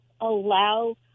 allow